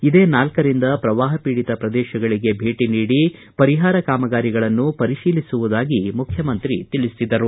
ಇದೇ ನಾಲ್ಕರಿಂದ ಪ್ರವಾಹ ಪೀಡಿತ ಪ್ರದೇಶಗಳಿಗೆ ಭೇಟ ನೀಡಿ ಪರಿಹಾರ ಕಾಮಗಾರಿಗಳನ್ನು ಪರಿಶೀಲಿಸುವುದಾಗಿ ಮುಖ್ಯಮಂತ್ರಿ ತಿಳಿಸಿದರು